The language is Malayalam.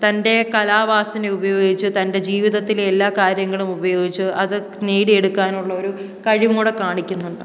തൻ്റെ കലാവാസന ഉപയോഗിച്ച് തൻ്റെ ജീവിതത്തിലെ എല്ലാ കാര്യങ്ങളും ഉപയോഗിച്ച് അത് നേടിയെടുക്കാൻ ഉള്ളൊരു കഴിവുംകൂടെ കാണിക്കുന്നുണ്ട്